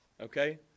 okay